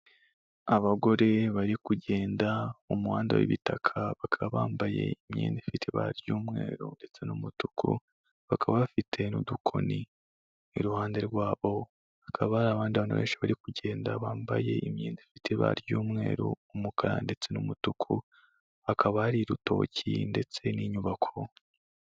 Abagore bari kugenda mu muhanda w'ibitaka, bakaba bambaye imyenda ifite iba ry'umweru ndetse n'umutuku, bakaba bafite n'udukoni, iruhande rwabo hakaba hari abandi bantu benshi bari kugenda bambaye imyenda ifite iba ry'umweru, umukara ndetse n'umutuku, hakaba ari urutoki ndetse n'inyubako.